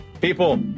people